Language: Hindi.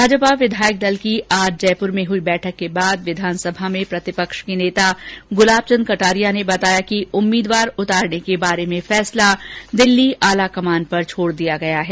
भाजपा विधायक दल की आज जयपुर में हुई बैठक के बाद विधानसभा में प्रतिपक्ष के नेता गुलाब चंद कटारिया ने बताया कि उम्मीदवार उतारने के बारे में फैसला दिल्ली आलाकमान पर छोड़ दिया गया है